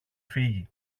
φύγει